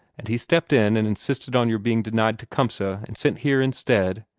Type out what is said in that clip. and he stepped in and insisted on your being denied tecumseh and sent here instead.